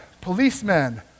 policemen